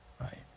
right